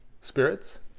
spirits